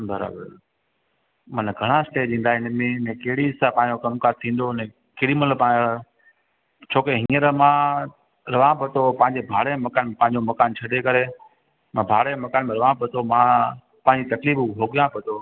बराबरि माना घणा स्टेज ईंदा आहिनि हिन में ऐं कहिड़ी सफ़ा जो कमकार थींदो हिन में केॾीमहिल पाण छो की हींअर मां रहां बि थो पंहिंजे भाड़े जे मकान में पंहिंजो मकान छॾे करे मां भाड़े जे मकान में रहां थो मां पंहिंजी तकलीफ़ भोॻियो थो